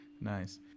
Nice